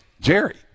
Jerry